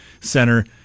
center